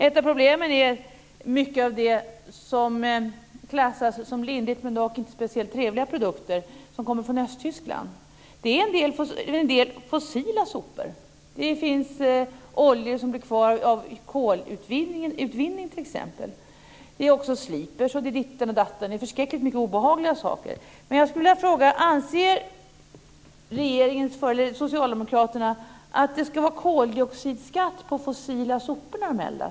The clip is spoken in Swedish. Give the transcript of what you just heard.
Ett av problemen gäller mycket av det som klassas som lindriga men dock inte speciellt trevliga produkter som kommer från Östtyskland. Det är en del fossila sopor. Det finns t.ex. oljor som blir kvar efter kolutvinning. Det är sliprar och ditt och datt. Det är förskräckligt mycket obehagliga saker. Anser socialdemokraterna att det ska vara koldioxidskatt på fossila sopor när de eldas?